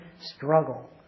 struggle